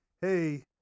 Hey